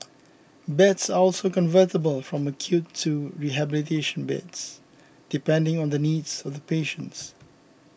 beds are also convertible from acute to rehabilitation beds depending on the needs of the patients